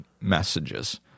messages